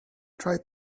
tried